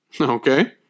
Okay